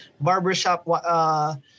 barbershop